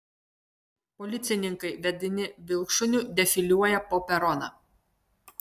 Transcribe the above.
policininkai vedini vilkšuniu defiliuoja po peroną